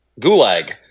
Gulag